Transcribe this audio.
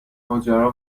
ماجرا